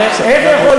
דוח המבקר על